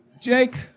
Jake